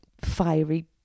fiery